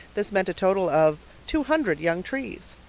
this meant a total of two hundred young trees.